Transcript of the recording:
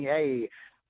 Hey